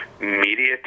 media